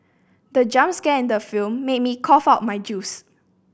the jump scare in the film made me cough out my juice